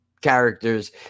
characters